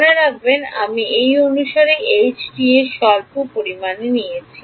মনে রাখবেন আমি এই অনুসারে স্বল্প পরিমাণে আছি